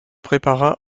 prépara